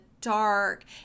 dark